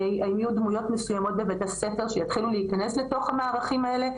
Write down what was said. האם יהיו דמויות מסוימות בבתי הספר שיתחיל להיכנס לתוך המערכים האלה?